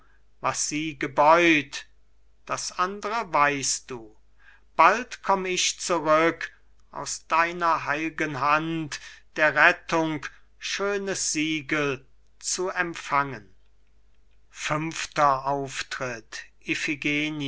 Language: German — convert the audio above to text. was sie gebeut das andre weißt du bald komm ich zurück aus deiner heil'gen hand der rettung schönes siegel zu empfangen fünfter